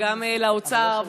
וגם לאוצר,